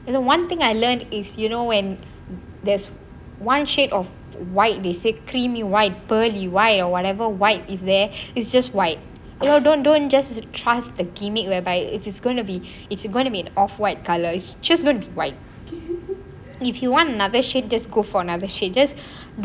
one thing I learned is you know when there's one shade of white they say creamy white pearly white or whatever white is there is just white don't don't just trust the gimmick whereby it is going to be it's going to an off white colour it's just gonna be white if you want an another shade just go for an another shade just